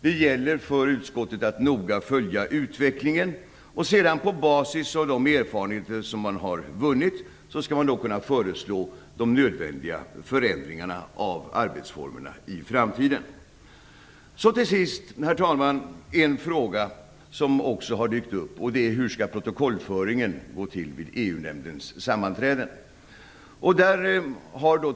Det gäller för utskottet att noga följa utvecklingen. På basis av de erfarenheter som man har vunnit skall man sedan kunna föreslå de nödvändiga förändringarna av arbetsformerna i framtiden. Till sist, herr talman, en fråga som också har dykt upp, och det är hur protokollföringen vid EU nämndens sammanträden skall gå till.